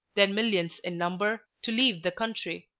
then millions in number, to leave the country.